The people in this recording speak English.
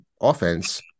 offense